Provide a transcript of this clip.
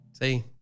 See